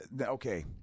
Okay